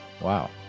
Wow